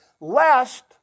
Lest